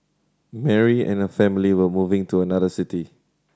Mary and her family were moving to another city